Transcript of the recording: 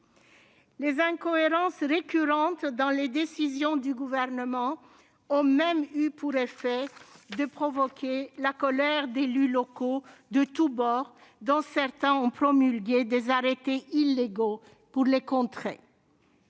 Les incohérences récurrentes qui frappent les décisions du Gouvernement ont même eu pour effet de provoquer la colère d'élus locaux de tous bords ; certains d'entre eux ont ainsi pris des arrêtés illégaux pour les contrer.